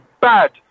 bad